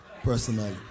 personally